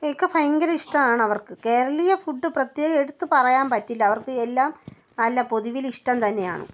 ഒക്കെ ഭയങ്കര ഇഷ്ടമാണ് അവർക്ക് കേരളീയ ഫുഡ് പ്രത്യേകം എടുത്ത് പറയാൻ പറ്റില്ല അവർക്ക് എല്ലാം നല്ല പൊതുവിൽ ഇഷ്ടം തന്നെയാണ്